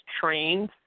trained